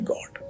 God